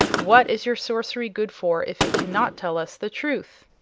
what is your sorcery good for if it cannot tell us the truth?